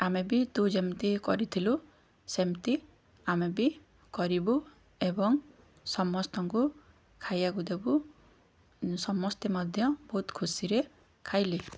ଆମେ ବି ତୁ ଯେମିତି କରିଥିଲୁ ସେମିତି ଆମେ ବି କରିବୁ ଏବଂ ସମସ୍ତଙ୍କୁ ଖାଇବାକୁ ଦେବୁ ସମସ୍ତେ ମଧ୍ୟ ବହୁତ ଖୁସିରେ ଖାଇଲେ